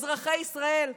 אזרחי ישראל,